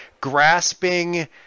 grasping